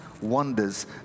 wonders